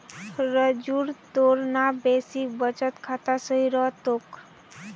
रंजूर तोर ना बेसिक बचत खाता सही रह तोक